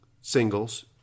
singles